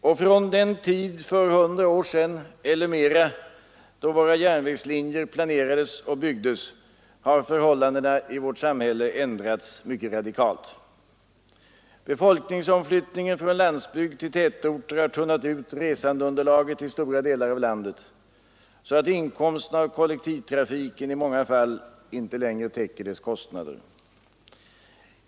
Och från den tid för 100 år sedan och mera, då våra järnvägslinjer planerades och byggdes, har förhållandena i vårt samhälle ändrats mycket radikalt. Befolkningsomflyttningen från landsbygd till tätorter har tunnat ut resandeunderlaget i stora delar av landet, så att inkomsterna av kollektivtrafiken i många fall inte längre täcker dess kostnader.